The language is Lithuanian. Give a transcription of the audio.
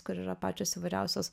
kur yra pačios įvairiausios